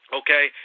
okay